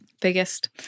Biggest